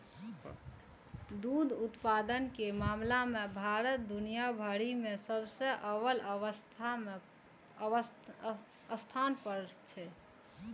दुग्ध उत्पादन के मामला मे भारत दुनिया भरि मे सबसं अव्वल स्थान पर छै